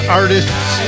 artists